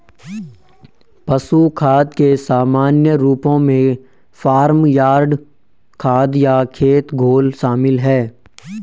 पशु खाद के सामान्य रूपों में फार्म यार्ड खाद या खेत घोल शामिल हैं